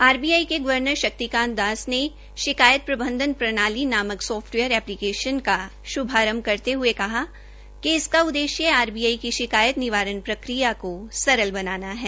RBI के गर्वनर शक्तिकांत दास ने शिकायत प्रबंधन प्रणाली नाम सोफ्टवेयर ऐप्लीकेशन का श्भारंभ करते हये कहा कि इसका उद्देश्य आरबीआई की शिकायत निवारण प्रक्रिया को सरल बनाना है